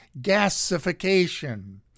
gasification